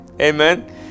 Amen